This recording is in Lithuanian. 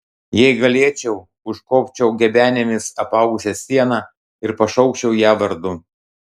jei galėčiau užkopčiau gebenėmis apaugusia siena ir pašaukčiau ją vardu